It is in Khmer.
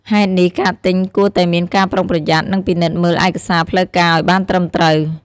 ហេតុនេះ ការទិញគួរតែមានការប្រុងប្រយ័ត្ន និងពិនិត្យមើលឯកសារផ្លូវការឲ្យបានត្រឹមត្រូវ។